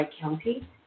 County